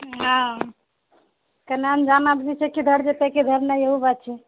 हँ अनजान आदमी छै किधर जेतए किधर नहि इएहो बात छै